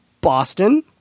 Boston